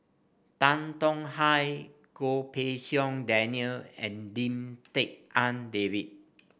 Tan Tong Hye Goh Pei Siong Daniel and Lim Tik En David